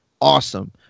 awesome